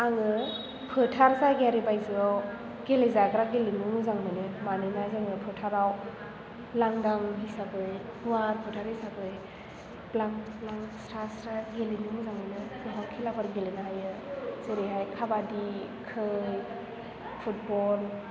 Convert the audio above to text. आङो फोथार जायगायारि बायजोआव गेलेजाग्रा गेलेमु मोजां मोनो मानोना जोङो फोथाराव लांदां हिसाबै गुवार फोथार हिसाबै ब्लां ब्लां स्रा स्रा गेलेनो मोजां मोनो बेयाव खेलाफोर गेलेनो हायो जोरैहाय काबादि खै फुटबल